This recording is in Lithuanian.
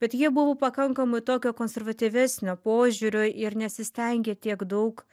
bet jie buvo pakankamai tokio konservatyvesnio požiūrio ir nesistengė tiek daug